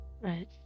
Right